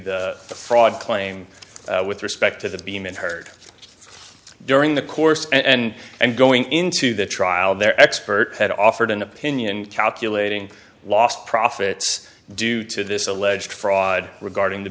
the fraud claim with respect to the beam and heard during the course and and going into the trial their expert had offered an opinion calculating lost profits due to this alleged fraud regarding the